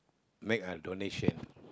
make a donation